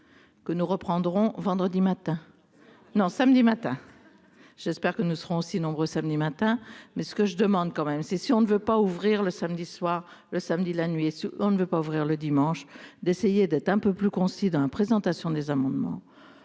que nous reprendrons vendredi matin non, samedi matin, j'espère que nous serons aussi nombreux, samedi matin, mais ce que je demande quand même, c'est si on ne veut pas ouvrir le samedi soir, le samedi, la nuit et on ne veut pas ouvrir le dimanche, d'essayer d'être un peu plus concis dans la présentation des amendements,